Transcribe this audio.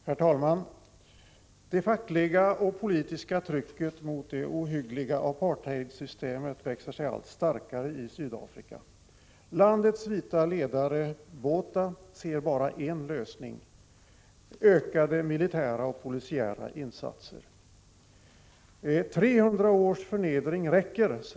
Herr talman! Det fackliga och politiska trycket mot det ohyggliga apartheidsystemet växer sig allt starkare i Sydafrika. Landets vite ledare, Botha, ser bara en lösning: ökade militära och polisiära insatser. De svartas svar på detta är: 300 års förnedring räcker.